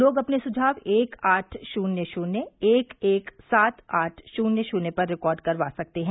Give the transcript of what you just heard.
लोग अपने सुझाव एक आठ शून्य शून्य एक एक सात आठ शून्य शून्य पर रिकार्ड करवा सकते हैं